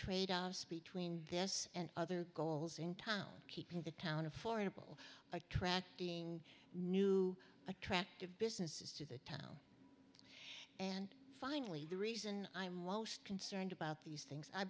tradeoffs between this and other goals in town keeping the town affordable attracting new attractive businesses to the and finally the reason i'm while most concerned about these things i